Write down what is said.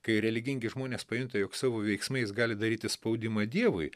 kai religingi žmonės pajunta jog savo veiksmais gali daryti spaudimą dievui